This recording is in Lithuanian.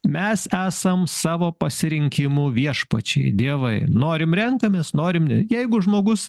mes esam savo pasirinkimų viešpačiai dievai norim renkamės norim ne jeigu žmogus